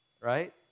Right